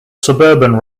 suburban